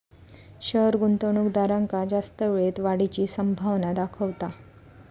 share गुंतवणूकदारांका जास्त वेळेत वाढीची संभावना दाखवता